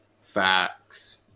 Facts